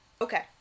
Okay